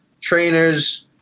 trainers